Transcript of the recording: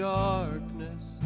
darkness